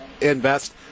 invest